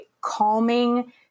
calming